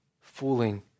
fooling